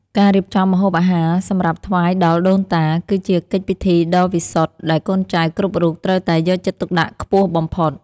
ការរៀបចំម្ហូបអាហារសម្រាប់ថ្វាយដល់ដូនតា គឺជាកិច្ចពិធីដ៏វិសុទ្ធដែលកូនចៅគ្រប់រូបត្រូវតែយកចិត្តទុកដាក់ខ្ពស់បំផុត។